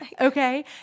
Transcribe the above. okay